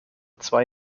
zwei